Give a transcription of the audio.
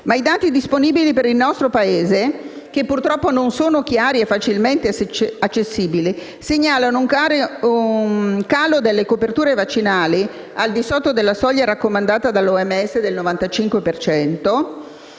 ma i dati disponibili per il nostro Paese, che purtroppo non sono chiari e facilmente accessibili, segnalano un calo delle coperture vaccinali al di sotto della soglia raccomandata dall'OMS del 95